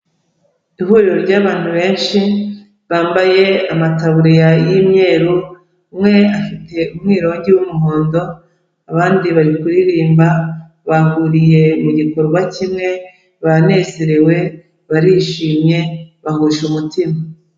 Ihuriro ry'abantu benshi, bambaye amataburiya y'imyeru, umwe afite umwirongi w'umuhondo, abandi bari kuririmba, bahuriye mu gikorwa kimwe, banezerewe, barishimye, bahuje umutima.